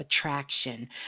attraction